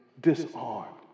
disarmed